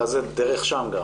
לטפל גם בנושא הזה דרך שם.